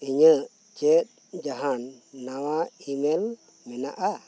ᱤᱧᱟᱹᱜ ᱪᱮᱫ ᱡᱟᱦᱟᱱ ᱱᱟᱣᱟ ᱤᱼᱢᱮᱞ ᱢᱮᱱᱟᱜᱼᱟ